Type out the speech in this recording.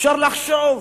אפשר לחשוב,